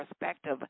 Perspective